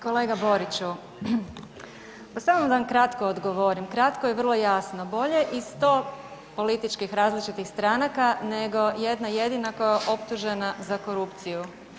Kolega Boriću, pa samo da vam kratko odgovorim, kratko i vrlo jasno, bolje i 100 političkih različitih stranaka nego jedna jedina koja je optužena za korupciju.